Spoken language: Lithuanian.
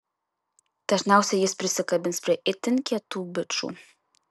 dažniausiai jis prisikabins prie itin kietų bičų